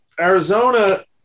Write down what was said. Arizona